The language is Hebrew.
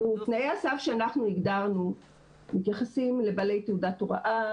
תנאי הסף שאנחנו הגדרנו מתייחסים לבעלי תעודת הוראה,